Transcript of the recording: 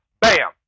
Bam